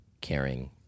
caring